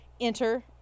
Enter